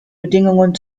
bedingungen